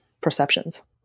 perceptions